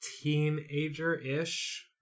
teenager-ish